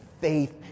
faith